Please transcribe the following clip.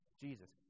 Jesus